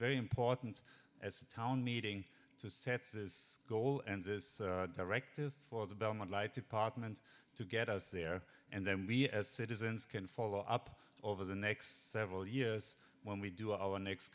very important as a town meeting to set says goal and this directive for the belmont light department to get us there and then we as citizens can follow up over the next several years when we do our next